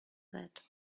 that